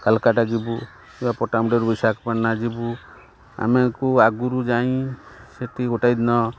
କାଲକାଟା ଯିବୁ କିମ୍ବା ପଟ୍ଟାମୁଣ୍ଡେଇରୁ ବିଶାଖପାଟଣା ଯିବୁ ଆମକୁ ଆଗରୁ ଯାଇ ସେଠି ଗୋଟାଏ ଦିନ